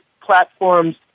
platforms